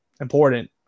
important